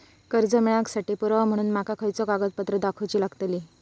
कर्जा मेळाक साठी पुरावो म्हणून माका खयचो कागदपत्र दाखवुची लागतली?